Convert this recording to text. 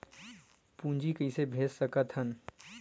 पूंजी कइसे भेज सकत हन?